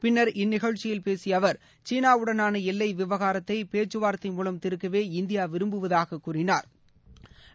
பின்னர் இந்நிகழ்ச்சியில் பேசிய அவர் சீனா உடனான எல்லை விவகாரத்தை பேச்சுவார்த்தை மூலம் தீர்க்கவே இந்தியா விரும்புவதாக கூறிணா்